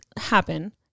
happen